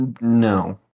no